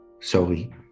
sorry